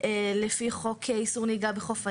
לפי חוק איסור נהיגה בחוף הים,